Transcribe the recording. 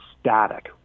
static